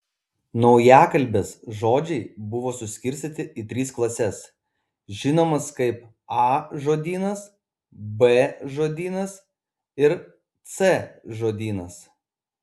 naujakalbės žodžiai buvo suskirstyti į tris klases žinomas kaip a žodynas b žodynas ir c žodynas